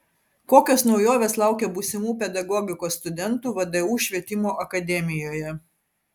kokios naujovės laukia būsimų pedagogikos studentų vdu švietimo akademijoje